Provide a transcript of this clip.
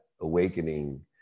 awakening